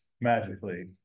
magically